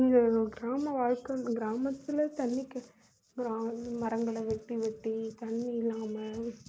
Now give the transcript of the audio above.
எங்களோட கிராம வாழ்க்கை கிராமத்தில் தண்ணிக்கு கிராம மரங்களை வெட்டி வெட்டி தண்ணி இல்லாமல்